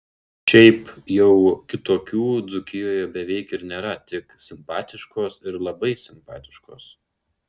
šiaip jau kitokių dzūkijoje beveik ir nėra tik simpatiškos ir labai simpatiškos